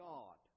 God